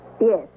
Yes